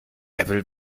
apple